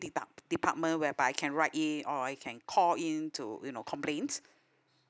deduct department whereby I can write in or I can call in to you know complain